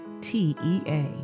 T-E-A